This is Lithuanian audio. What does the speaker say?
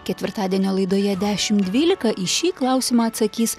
ketvirtadienio laidoje dešimt dvylika į šį klausimą atsakys